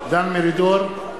דן מרידור,